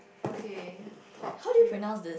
okay top three